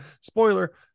spoiler